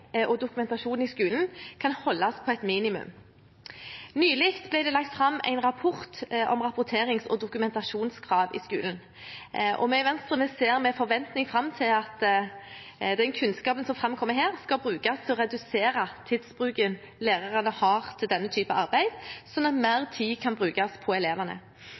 og dokumentasjon i skolen kan holdes på et minimum. Nylig ble det lagt fram en rapport om rapporterings- og dokumentasjonskrav i skolen. Vi i Venstre ser med forventning fram til at den kunnskapen som framkommer der, skal brukes til å redusere tidsbruken lærerne har til denne typen arbeid, sånn at mer tid kan brukes på elevene.